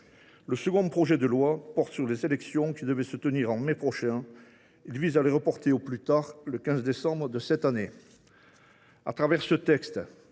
Le second projet de loi porte sur les élections qui devaient se tenir en mai prochain. Il vise à les reporter au plus tard au 15 décembre de cette année. Avec le texte